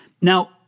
Now